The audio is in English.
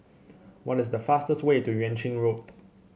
what is the fastest way to Yuan Ching Road